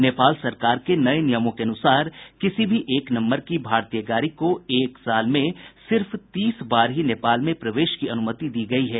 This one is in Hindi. नेपाल सरकार के नये नियमों के अनुसार किसी भी एक नम्बर की भारतीय गाड़ी को एक साल में सिर्फ तीस बार ही नेपाल में प्रवेश की अनुमति दी गयी है